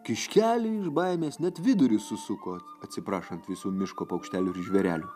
kiškeliui iš baimės net vidurius susuko atsiprašant visų miško paukštelių ir žvėrelių